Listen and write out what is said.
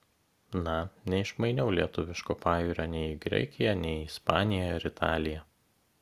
na neišmainiau lietuviško pajūrio nei į graikiją nei į ispaniją ar italiją